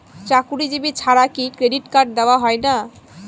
চাকুরীজীবি ছাড়া কি ক্রেডিট কার্ড দেওয়া হয় না?